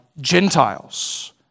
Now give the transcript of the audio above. Gentiles